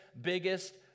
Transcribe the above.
biggest